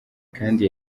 kandi